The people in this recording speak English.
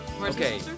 Okay